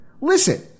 Listen